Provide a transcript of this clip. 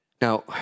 Now